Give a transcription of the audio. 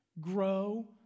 grow